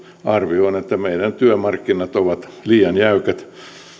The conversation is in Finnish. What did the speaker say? arvio on että meidän työmarkkinat ovat liian jäykät